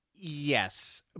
Yes